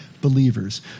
believers